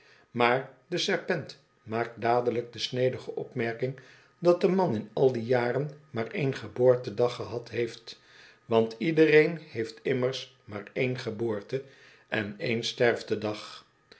maar de serpent maakt dadelijk de snedige opmerking dat de man in al die jaren maar één geboortedag gehad heeft want iedereen heeft immers maar één geboorte en één sterfdag